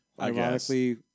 ironically